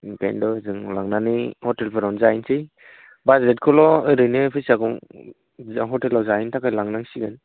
ओंखायथ' जों लांनानै ह'टेलफोरावनो जाहैनोसै बाजेदखौल' ओरैनो फैसाखौ जों ह'टेलाव जाहैनो थाखाय लांनांसिगोन